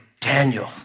Daniel